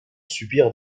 subir